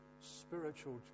spiritual